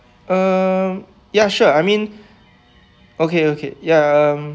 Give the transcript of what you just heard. uh ya sure I mean okay okay ya um